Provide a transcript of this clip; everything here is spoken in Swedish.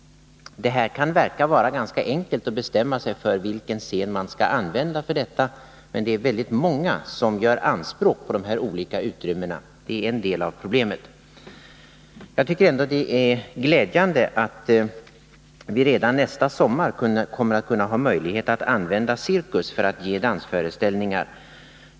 Det kan verka enkelt att bestämma sig för vilken scen man skall använda för detta, men det är väldigt många som gör anspråk på de olika utrymmena. Det är en del av problemet. Det är ändå glädjande att vi redan nästa sommar kommer att kunna ha möjlighet att använda Cirkus för att ge dansföreställningar.